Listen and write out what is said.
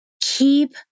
keep